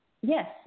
Yes